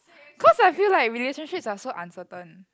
cause I feel like relationships are so uncertain